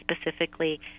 specifically